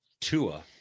tua